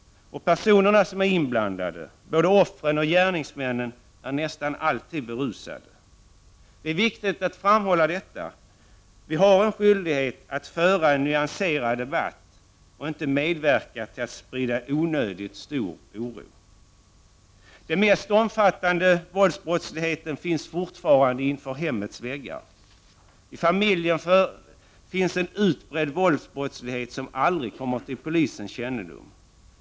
Personerna som är inblandade, både offren och gärningsmännen, är nästan alltid berusade. Det är viktigt att framhålla detta. Vi har en skyldighet att föra en nyanserad debatt och inte medverka till att sprida onödigt stor oro. Den mest omfattande våldsbrottsligheten finns fortfarande innanför hemmets väggar. I familjen förekommer en utbredd våldsbrottslighet som aldrig kommer till polisens kännedom.